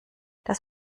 das